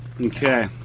okay